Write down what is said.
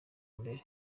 mbere